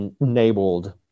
enabled